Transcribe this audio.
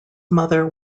mother